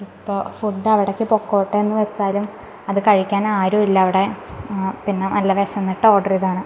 ഇപ്പോൾ ഫുഡ് അവിടേക്ക് പോയിക്കോട്ടെ എന്ന് വച്ചാലും അത് കഴിക്കാൻ ആരുമില്ല അവിടെ പിന്നെ നല്ല വിശന്നിട്ട് ഓർഡർ ചെയ്തതാണ്